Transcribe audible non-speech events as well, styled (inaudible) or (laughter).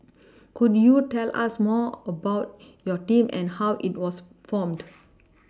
could you tell us more about your team and how it was formed (noise)